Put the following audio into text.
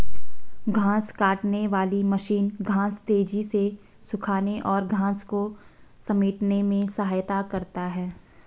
घांस काटने वाली मशीन घांस तेज़ी से सूखाने और घांस को समेटने में सहायता करता है